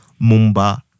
mumba